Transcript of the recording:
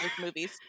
movies